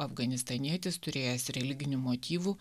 afganistanietis turėjęs religinių motyvų